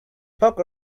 poke